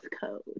code